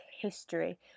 history